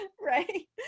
Right